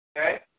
Okay